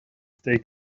stay